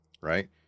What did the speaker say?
right